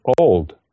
old